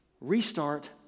Restart